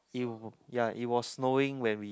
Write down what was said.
it wa~ ya it was snowing when we